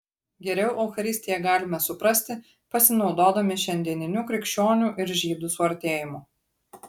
geriau eucharistiją galime suprasti pasinaudodami šiandieniniu krikščionių ir žydų suartėjimu